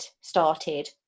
started